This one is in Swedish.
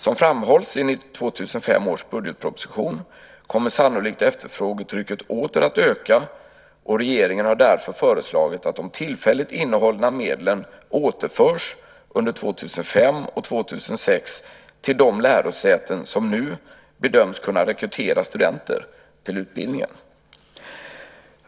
Som framhålls i 2005 års budgetproposition kommer sannolikt efterfrågetrycket åter att öka, och regeringen har därför föreslagit att de tillfälligt innehållna medlen återförs under 2005 och 2006 till de lärosäten som nu bedöms kunna rekrytera studenter till utbildningen.